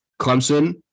Clemson